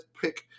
pick